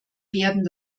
werden